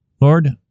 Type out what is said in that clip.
Lord